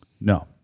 No